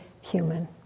human